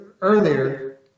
earlier